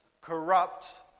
corrupt